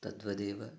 तद्वदेव